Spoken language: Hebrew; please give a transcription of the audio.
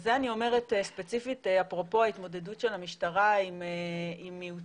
וזה אני אומרת ספציפית אפרופו ההתמודדות של המשטרה עם מיעוטים,